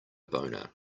boner